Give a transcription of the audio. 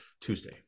Tuesday